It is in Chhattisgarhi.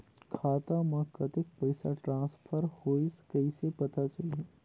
खाता म कतेक पइसा ट्रांसफर होईस कइसे पता चलही?